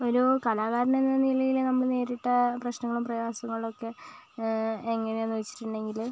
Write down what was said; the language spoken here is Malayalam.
ഒരു കലാകാരൻ എന്ന നിലയിൽ നമ്മൾ നേരിട്ട പ്രശ്നങ്ങളും പ്രയാസങ്ങളും ഒക്കെ എങ്ങനെയാണ് എന്ന് വെച്ചിട്ടുണ്ടെങ്കിൽ